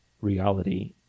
reality